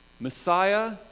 Messiah